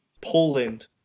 Poland